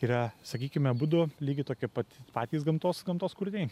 yra sakykime abudu lygiai tokie pat patys gamtos gamtos kūriniai